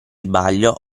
sbaglio